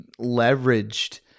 leveraged